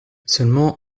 seulement